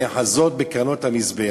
נאחזות בקרנות המזבח